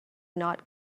not